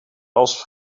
als